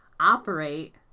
operate